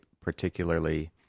particularly